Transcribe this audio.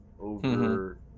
over